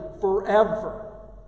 forever